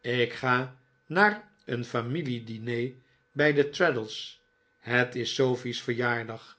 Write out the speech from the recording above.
ik ga naar een familie diner bij traddles het is sofie's verjaardag